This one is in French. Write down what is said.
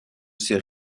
ses